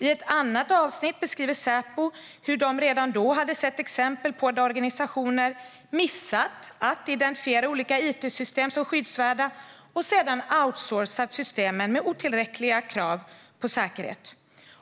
I ett annat avsnitt beskriver Säpo hur man redan då hade sett exempel på att organisationer hade missat att identifiera olika it-system som skyddsvärda och sedan outsourcat systemen med otillräckliga krav på säkerhet.